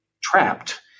trapped